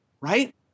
right